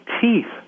teeth